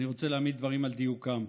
אני רוצה להעמיד דברים על דיוקם.